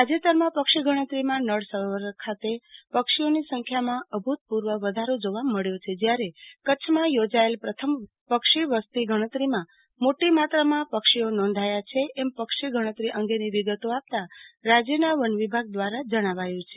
તાજેતરમાં પક્ષી ગણતરીમાં નળ સરોવર ખાતે પક્ષીઓની સંખ્યામાં અભૂતપૂર્વ વધારો જોવા મળ્યો છે જયારે કચ્છમાં યોજાયેલા પ્રથમ પક્ષી વસ્તી ગણતરીમાં મોટી સંખ્યામાં પક્ષીઓ નોંધાયા છે એમ પક્ષી ગણતરી અંગેની વિગતો આપતા રાજ્યના વન વિભાગ દ્વારા જણાવાયું છે